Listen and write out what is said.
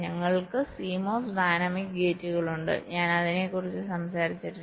ഞങ്ങൾക്ക് CMOS dynamic ഗേറ്റുകൾ ഉണ്ട് ഞാൻ അതിനെക്കുറിച്ച് സംസാരിച്ചിട്ടില്ല